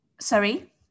sorry